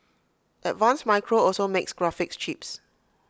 advanced micro also makes graphics chips